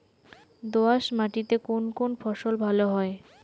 দোঁয়াশ মাটিতে কোন কোন ফসল ভালো হয়?